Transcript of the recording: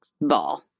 ball